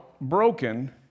broken